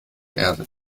erde